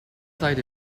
side